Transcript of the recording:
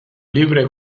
libre